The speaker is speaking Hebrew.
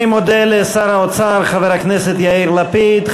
אני מודה לשר האוצר חבר הכנסת יאיר לפיד.